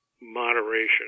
moderation